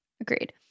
Agreed